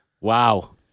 Wow